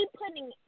putting